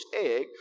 egg